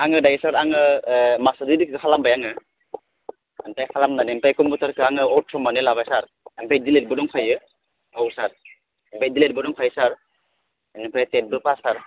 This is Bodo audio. आङो दायो सार आङो मास्टार डिग्रिखौ खालामबाय आङो ओमफ्राय खालामनानै ओमफ्राय कमपिउटारखो आङो अठारहमाननि लाबाय सार ओमफाय डिएलएडबो दंखायो औ सार ओमफाय डिएलएडबो दंखायो सार बेनिफ्राय टेटबो पास सार